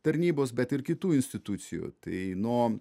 tarnybos bet ir kitų institucijų tai nuo